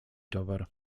towar